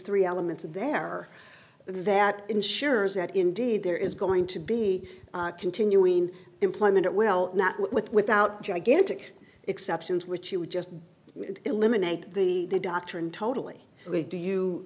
three elements in there that ensures that indeed there is going to be continuing employment it will not work with without gigantic exceptions which you would just eliminate the doctrine totally we do you